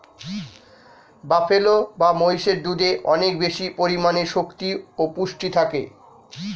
buffalo বা মহিষের দুধে অনেক বেশি পরিমাণে শক্তি ও পুষ্টি থাকে